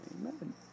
Amen